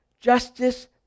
justice